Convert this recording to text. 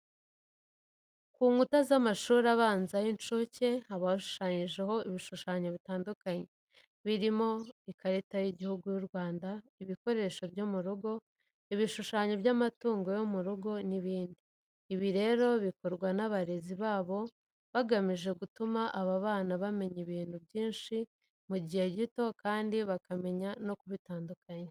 Ku nkuta z'amashuri abanza n'ay'incuke haba hashushanyijeho ibishushanyo bitandukanye. Birimo ikarita y'Igihugu cy'u Rwanda, ibikoresho byo mu rugo, ibishushanyo by'amatungo yo mu rugo n'ibindi. Ibi rero bikorwa n'abarezi babo bagamije gutuma aba bana bamenya ibintu byinshi mu gihe gito kandi bakamenya no kubitandukanya.